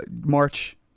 march